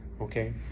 okay